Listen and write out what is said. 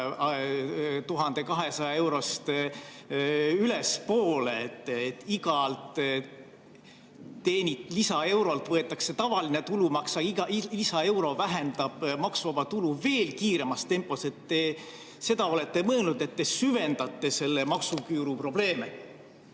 1200 eurost ülespoole. Igalt teenitud lisaeurolt võetakse tavaline tulumaks ja iga lisaeuro vähendab maksuvaba tulu veel kiiremas tempos. Kas te seda olete mõelnud, et te süvendate selle maksuküüru probleeme?